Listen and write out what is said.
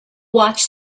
watch